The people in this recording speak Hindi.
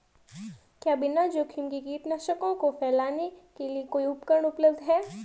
क्या बिना जोखिम के कीटनाशकों को फैलाने के लिए कोई उपकरण उपलब्ध है?